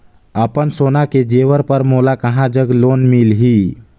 अपन सोना के जेवर पर मोला कहां जग लोन मिलही?